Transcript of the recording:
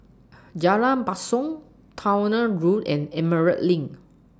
Jalan Basong Towner Road and Emerald LINK